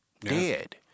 dead